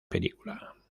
película